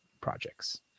projects